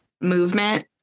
movement